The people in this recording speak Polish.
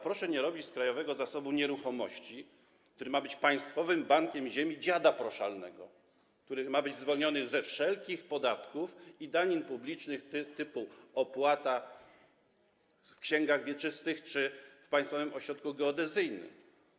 Proszę nie robić z Krajowego Zasobu Nieruchomości, który ma być państwowym bankiem ziemi, dziada proszalnego, który ma być zwolniony ze wszelkich podatków i danin publicznych typu opłata w księgach wieczystych czy w państwowym ośrodku geodezyjnym.